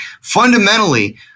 fundamentally